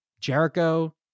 Jericho